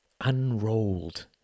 unrolled